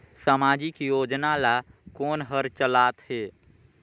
समाजिक योजना ला कोन हर चलाथ हे?